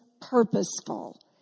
purposeful